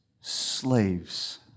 slaves